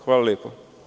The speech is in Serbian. Hvala lepo.